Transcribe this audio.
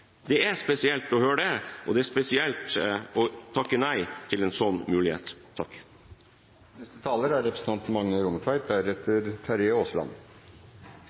Det er spesielt å høre det, og det er spesielt å takke nei til en slik mulighet. At det framleis er